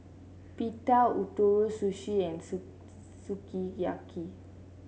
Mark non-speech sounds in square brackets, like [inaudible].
Pita Ootoro Sushi and [unintelligible] Sukiyaki